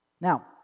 Now